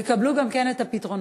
יקבלו את הפתרונות.